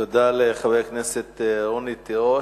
תודה לחברת הכנסת רונית תירוש.